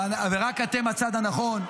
ורק אתם מהצד הנכון.